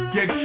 Get